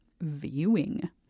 viewing